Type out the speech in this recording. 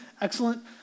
excellent